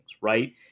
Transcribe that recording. right